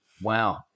Wow